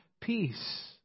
peace